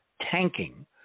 tanking